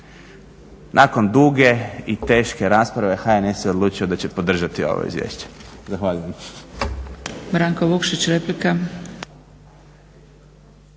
Nakon duge i teške rasprave HNS je odlučio da će podržati ovo izvješće. Zahvaljujem.